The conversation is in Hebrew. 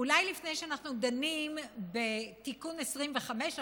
אולי לפני שאנחנו דנים בתיקון 25,